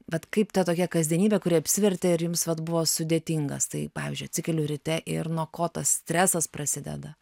vat kaip ta tokia kasdienybė kuri apsivertė ir jums vat buvo sudėtingas tai pavyzdžiui atsikeliu ryte ir nuo ko tas stresas prasideda